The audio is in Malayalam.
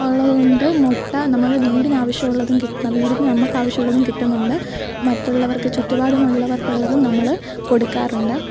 ഉള്ളതുകൊണ്ട് മുട്ട നമ്മൾ വീടിനാവശ്യം ഉള്ളതും കിട്ടു വീടിനു നമുക്ക് ആവശ്യം ഉള്ളതും കിട്ടുന്നുണ്ട് മറ്റുള്ളവർക്ക് ചുറ്റുപാടുമുള്ളവർക്കുള്ളതും നമ്മൾ കൊടുക്കാറുണ്ട്